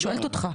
שואלת אותך.